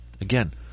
again